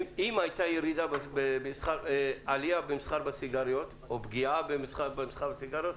אם הייתה עלייה במסחר בסיגריות או פגיעה במסחר בסיגריות,